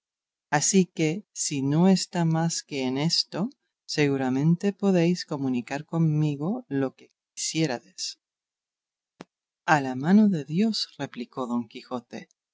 ansí que si no está más que en esto seguramente podéis comunicar conmigo lo que quisiéredes a la mano de dios replicó don quijote